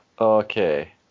Okay